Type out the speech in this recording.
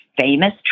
famous